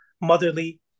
motherly